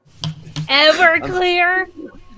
Everclear